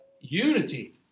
Unity